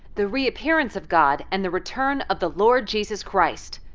the reappearance of god and the return of the lord jesus christ.